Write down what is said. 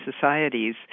societies